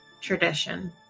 tradition